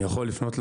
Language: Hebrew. אני יכול לפנות,